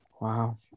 Wow